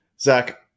Zach